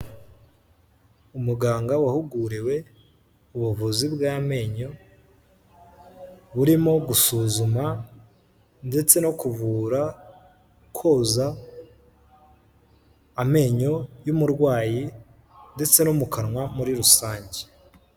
Umuganga wahuguriwe ubuvuzi bw'amenyo, burimo gusuzuma ndetse no kuvura, koza amenyo y'umurwayi ndetse no mu kanwa muri rusange.